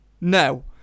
No